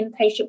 inpatient